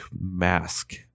Mask